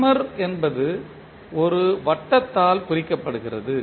summer என்பது ஒரு வட்டத்தால் குறிக்கப்படுகிறது